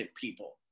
people